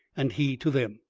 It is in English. and he to them.